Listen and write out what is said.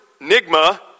Nigma